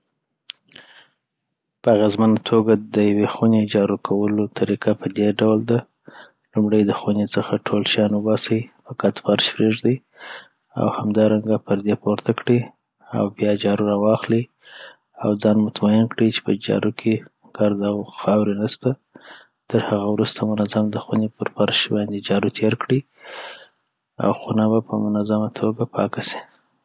په اغیزمنه توګه دیوي خونې جارو کولو طریقه پدی ډول ده لومړي دخوني څخه ټول شیان وباسی فقط فرش پریږدی او همدارنګه پردي پورته کړي اوبیا چارو راواخلي او ځان مطمین کړي چی په جارو کی ګرد او خاوري نسته تر هغه وروسته منظم د خوني پر فرش باندي چارو تير کړي. او خونه به په منظمه توګه پاکه سي